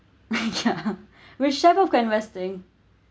yeah whichever kind of investing